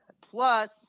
plus